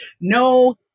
No